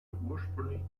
ursprünglich